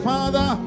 Father